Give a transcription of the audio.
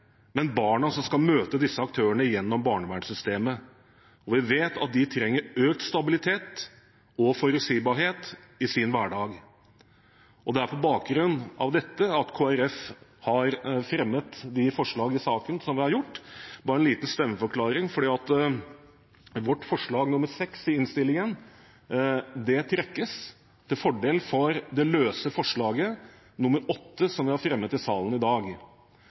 men barna som skal møte disse aktørene gjennom barnevernssystemet. Vi vet at de trenger økt stabilitet og forutsigbarhet i sin hverdag. Det er på bakgrunn av dette at Kristelig Folkeparti har fremmet de forslagene i saken som vi har gjort. Jeg har bare en liten stemmeforklaring: Vårt forslag nr. 6 i innstillingen trekkes til fordel for det løse forslaget, forslag nr. 8, som vi har fremmet i salen i dag.